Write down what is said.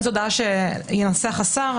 אם זו הודעה שינסח השר,